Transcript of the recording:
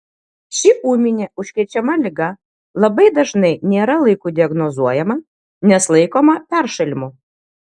ši ūminė užkrečiama liga labai dažnai nėra laiku diagnozuojama nes laikoma peršalimu